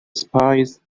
spies